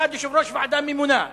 ואחד יושב-ראש ועדה ממונה.